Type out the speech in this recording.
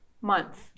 month